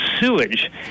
sewage